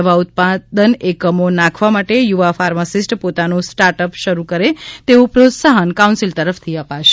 દવા ઉત્પાદન એકમો નાંખવા માટે યુવાફાર્માસિસ્ટ પોતાનું સ્ટાર્ટઅપ શરૂ કરે તેવું પ્રોત્સાહન કાઉન્સીલ તરફથી અપાશે